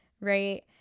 right